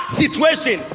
situation